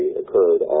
occurred